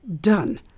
done